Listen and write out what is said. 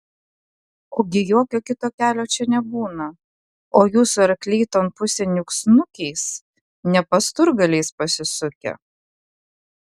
ogi jokio kito kelio čia nebūna o jūsų arkliai ton pusėn juk snukiais ne pasturgaliais pasisukę